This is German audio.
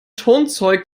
turnzeug